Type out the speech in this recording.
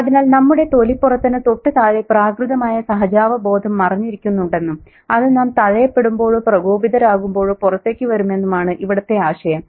അതിനാൽ നമ്മുടെ തൊലിപ്പുറത്തിനു തൊട്ടു താഴെ പ്രാകൃതമായ സഹജാവബോധം മറഞ്ഞിരിക്കുന്നുണ്ടെന്നും അത് നാം തഴയപ്പെടുമ്പോഴോ പ്രകോപിതരാകുമ്പോഴോ പുറത്തേക്ക് വരുമെന്നുമാണ് ഇവിടത്തെ ആശയം